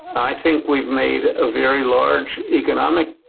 i think we've made a very large economic